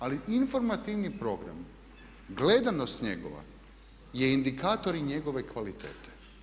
Ali informativni program, gledanost njegova je indikator i njegove kvalitete.